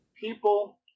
people